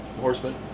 horseman